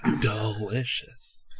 delicious